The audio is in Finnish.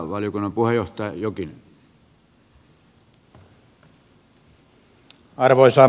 arvoisa herra puhemies